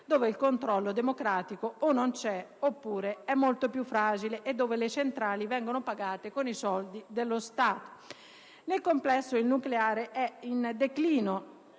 dove il controllo democratico o non c'è, oppure è molto più fragile e dove le centrali vengono pagate con i soldi dello Stato. Nel complesso il nucleare è in declino